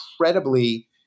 incredibly